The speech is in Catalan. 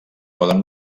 poden